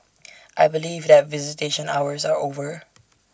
I believe that visitation hours are over